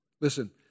Listen